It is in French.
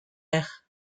ère